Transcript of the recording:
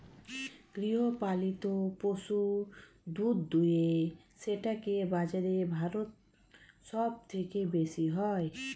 গৃহপালিত পশু দুধ দুয়ে সেটাকে বাজারে ভারত সব থেকে বেশি হয়